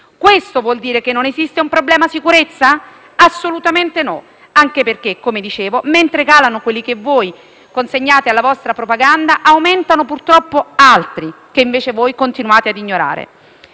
Questo vuol dire che non esiste un problema sicurezza? Assolutamente no, anche perché, come dicevo, mentre calano quelli che voi consegnate alla vostra propaganda, aumentano purtroppo altri, che invece voi continuate a ignorare.